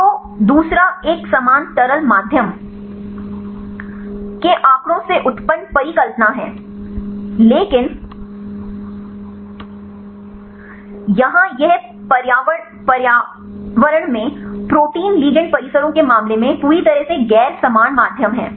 तो दूसरा एक समान तरल माध्यम के आंकड़ों से उत्पन्न परिकल्पना है लेकिन यहां यह पर्यावरण में प्रोटीन लिगैंड परिसरों के मामले में पूरी तरह से गैर समान माध्यम है